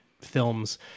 films